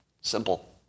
Simple